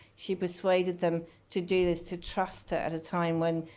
she persuaded them to do this, to trust her, at a time when,